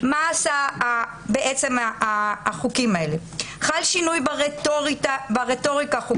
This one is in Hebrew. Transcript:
מה עשו החוקים האלה: "חל שינוי ברטוריקה החוקתית.